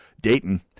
Dayton